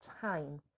time